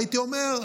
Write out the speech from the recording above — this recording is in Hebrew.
והייתי אומר,